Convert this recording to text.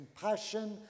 compassion